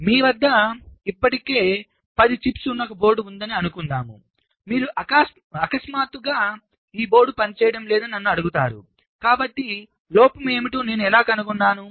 మీ వద్ద ఇప్పటికే 10 చిప్స్ ఉన్న ఒక బోర్డు ఉందని అనుకుందాం మరియు మీరు అకస్మాత్తుగా ఈ బోర్డు పనిచేయడం లేదని నన్ను అడుగుతారు కాబట్టి లోపం ఏమిటో నేను ఎలా కనుగొన్నాను